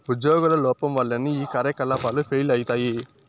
ఉజ్యోగుల లోపం వల్లనే ఈ కార్యకలాపాలు ఫెయిల్ అయితయి